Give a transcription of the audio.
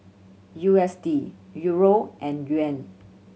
U S D Euro and Yuan